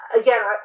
again